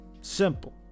simple